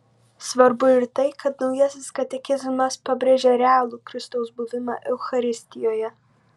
svarbu ir tai kad naujasis katekizmas pabrėžia realų kristaus buvimą eucharistijoje